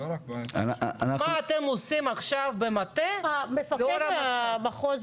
מה אתם עושים עכשיו במטה --- מפקד המחוז